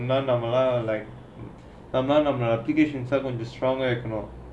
non normal lah like நம்மேலோதே:nammalothae applications ah on the stronger வெக்கினோம்:vekkinom